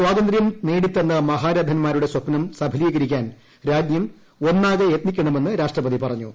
സ്വാതന്ത്രൃം നേടി തന്ന മഹാരഥന്മാരുടെ സ്വപ്നം സഫലീകരിക്കാൻ രാജ്യം ഒന്നാകെ യത്നിക്കണമെന്ന് രാഷ്ട്രപതി പറഞ്ഞു